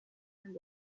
and